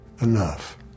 enough